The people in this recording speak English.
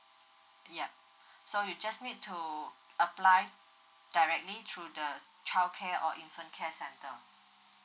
yup so you just need to apply directly through the childcare or infant care center